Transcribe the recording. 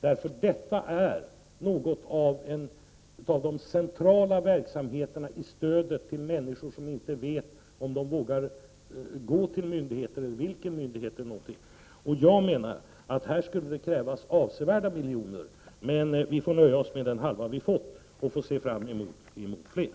Det handlar om centrala verksamheter i stödet till människor som inte vet om de vågar gå till myndigheterna eller till vilken myndighet de skall gå. Jag menar att det krävs åtskilliga miljoner här, men vi får nöja oss med den halva miljon som vi har fått och se fram emot fler.